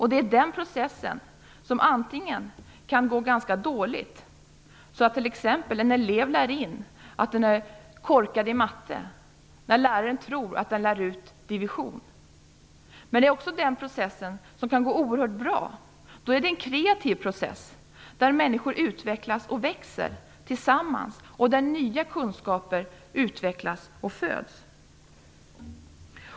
Det är den processen som antingen kan gå ganska dåligt, så att t.ex. en elev lär in att den är korkad i matte, när läraren tror att den lär ut division. Men det är också den processen som kan gå oerhört bra. Då är det en kreativ process, där människor utvecklas och växer tillsammans och där nya kunskaper utvecklas och föds.